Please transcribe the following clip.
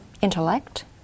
intellect